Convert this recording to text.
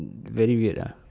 very weird ah